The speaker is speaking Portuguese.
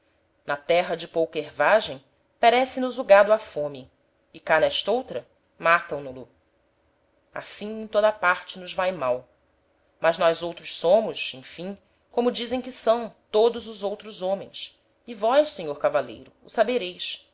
na terra de pouca ervagem perece nos o gado á fome e cá n'est'outra matam no lo assim em toda a parte nos vae mal mas nós outros somos emfim como dizem que são todos os outros homens e vós senhor cavaleiro o sabereis